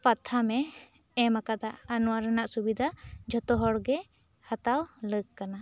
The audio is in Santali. ᱯᱟᱛᱷᱟᱢ ᱮ ᱮᱢ ᱟᱠᱟᱫᱟ ᱟᱨ ᱱᱚᱣᱟ ᱨᱮᱱᱟᱜ ᱥᱩᱵᱤᱫᱷᱟ ᱡᱚᱛᱚ ᱦᱚᱲ ᱜᱮ ᱦᱟᱛᱟᱣ ᱞᱟᱹᱠ ᱠᱟᱱᱟ